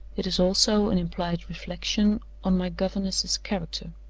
it is also an implied reflection on my governess's character.